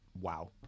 wow